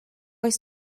oes